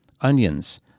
Onions